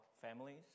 families